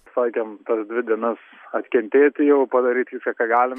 sakėm tas dvi dienas atkentėti jau padaryt viską ką galim